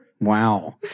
wow